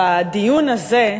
בדיון הזה,